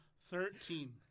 thirteen